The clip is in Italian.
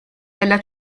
della